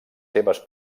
seves